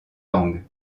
langues